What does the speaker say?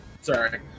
Sorry